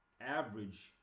average